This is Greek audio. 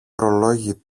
ωρολόγι